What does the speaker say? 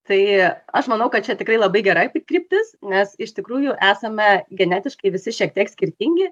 tai aš manau kad čia tikrai labai gera kryptis nes iš tikrųjų esame genetiškai visi šiek tiek skirtingi